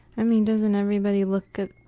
i mean, doesn't everybody look at